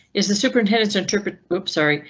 is the superintendents interpret group sorry?